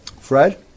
Fred